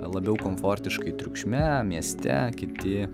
labiau komfortiškai triukšme mieste kiti